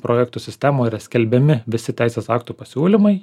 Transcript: projektų sistemoj yra skelbiami visi teisės aktų pasiūlymai